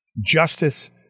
justice